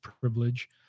privilege